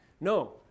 No